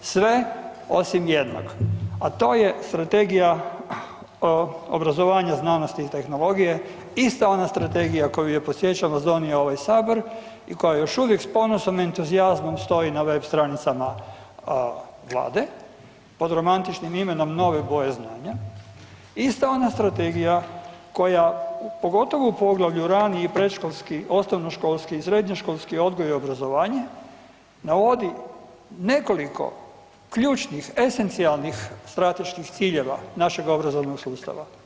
Sve osim jednog, a to je Strategija obrazovanja, znanosti i tehnologije, ista ona strategija koju je, podsjećam vas, donio ovaj sabor i koja još uvijek s ponosom i entuzijazmom stoji na web stranicama vlade pod romantičnim imenom „Nove boje znanja“, ista ona strategija koja, pogotovo u poglavlju rani i predškolski, osnovnoškolski i srednjoškolski odgoj i obrazovanje navodi nekoliko ključnih esencijalnih strateških ciljeva našega obrazovnog sustava.